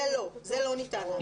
זה לא ניתן לעשות.